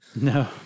No